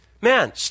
Man